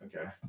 Okay